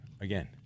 again